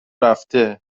رفته